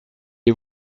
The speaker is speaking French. les